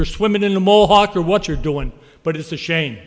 you're swimming in the mall hotter what you're doing but it's a shame